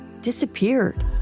Disappeared